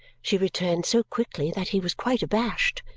she returned so quickly that he was quite abashed.